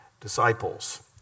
disciples